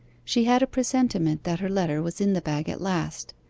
she had a presentiment that her letter was in the bag at last.